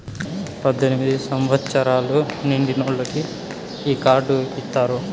పద్దెనిమిది సంవచ్చరాలు నిండినోళ్ళకి ఈ కార్డు ఇత్తారు